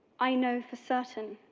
i know for certain,